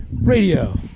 radio